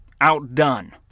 outdone